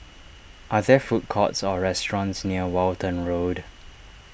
are there food courts or restaurants near Walton Road